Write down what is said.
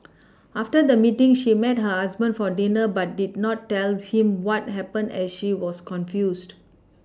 after the meeting she met her husband for dinner but did not tell him what happened as she was confused